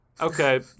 Okay